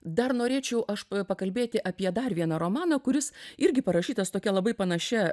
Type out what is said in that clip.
dar norėčiau aš pakalbėti apie dar vieną romaną kuris irgi parašytas tokia labai panašia